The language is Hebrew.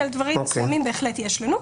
כי על דברים מסוימים בהחלט יש לנו.